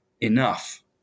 enough